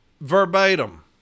Verbatim